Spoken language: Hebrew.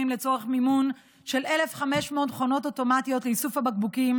לצורך מימון של 1,500 מכונות אוטומטיות לאיסוף הבקבוקים